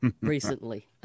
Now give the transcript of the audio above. Recently